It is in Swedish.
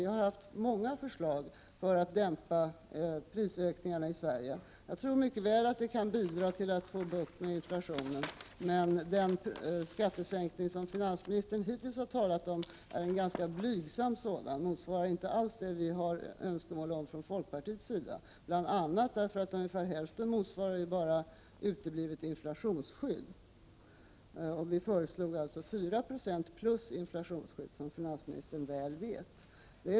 Vi har haft många förslag när det gäller att dämpa prisökningarna i Sverige. Jag tror mycket väl att marginalskattesänkningar kan bidra till att få bukt med inflationen. Den skattesänkning som finansministern hittills har talat om är emellertid ganska blygsam. Den motsvarar inte alls de önskemål vi har från folkpartiets sida, bl.a. därför att ungefär hälften bara motsvarar uteblivet inflationsskydd. Vi föreslog således fyra procent plus inflationsskydd, vilket finansministern väl vet.